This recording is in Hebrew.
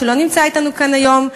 שלא נמצא אתנו כאן היום,